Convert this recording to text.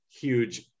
huge